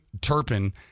Turpin